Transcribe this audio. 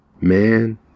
Man